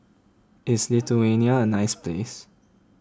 is Lithuania a nice place